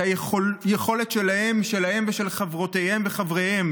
את היכולת שלהם ושל חברותיהם וחבריהם,